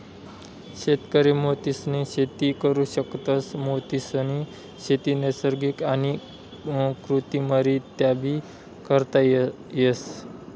शेतकरी मोतीसनी शेती करु शकतस, मोतीसनी शेती नैसर्गिक आणि कृत्रिमरीत्याबी करता येस